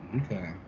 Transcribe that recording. okay